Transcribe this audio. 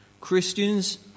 Christians